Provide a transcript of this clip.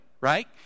right